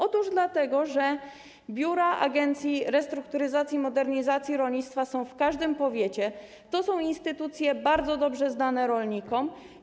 Otóż dlatego, że biura Agencji Restrukturyzacji i Modernizacji Rolnictwa są w każdym powiecie, to są instytucje bardzo dobrze znane rolnikom.